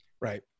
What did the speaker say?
Right